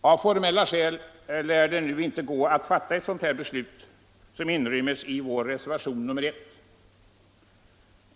Av formella skäl lär det nu inte gå att fatta ett sådant beslut som inrymmes i vår reservation 1.